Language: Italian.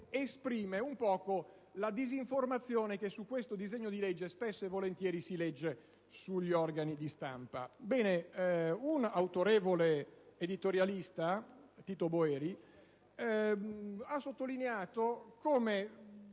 esprime un poco la disinformazione che su questo disegno di legge si ritrova spesso sugli organi di stampa. Un autorevole editorialista, Tito Boeri, ha sottolineato come